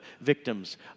victims